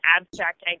abstract